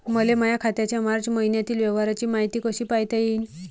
मले माया खात्याच्या मार्च मईन्यातील व्यवहाराची मायती कशी पायता येईन?